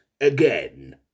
again